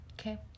Okay